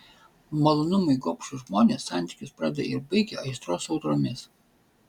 malonumui gobšūs žmonės santykius pradeda ir baigia aistros audromis